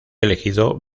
elegido